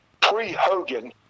pre-Hogan